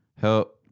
help